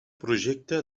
projecte